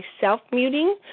self-muting